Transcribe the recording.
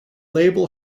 label